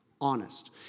Honest